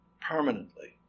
permanently